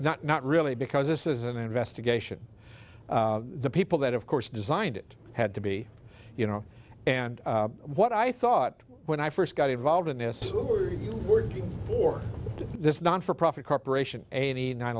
not not really because this is an investigation the people that of course designed it had to be you know and what i thought when i first got involved in this were you working for this not for profit corporation eighty nine